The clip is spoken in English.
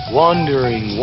wandering